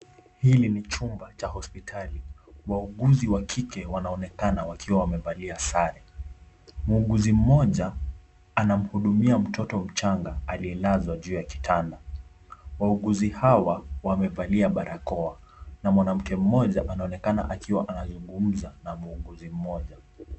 Hili ni chumba cha hospitali, wauguzi wa kike wanaonekana wakiwa wamevalia sare. Muuguzi mmoja anamhudumia mtoto mchanga aliyelazwa juu ya kitanda. Wauguzi hawa wamevalia barakoa na mwanamke mmoja anaonekana akiwa anazungumza na kiongozi mmoja.